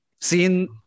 seen